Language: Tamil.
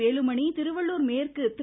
வேலுமணி திருவள்ளூர் மேற்கு திரு